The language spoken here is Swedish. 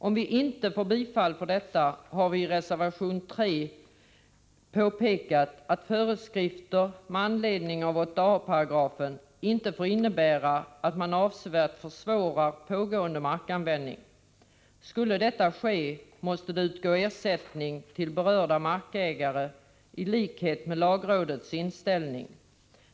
Om vi inte får bifall för detta, har vi i reservation 3 påpekat att föreskrifter med anledning av 8 a § inte får innebära att man avsevärt försvårar pågående markanvändning. Skulle detta ske, måste ersättning utgå till berörda markägare i likhet med lagrådets inställning.